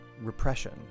repression